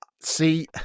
See